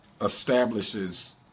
establishes